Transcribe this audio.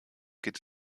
geht